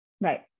Right